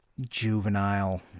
juvenile